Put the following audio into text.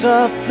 up